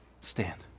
stand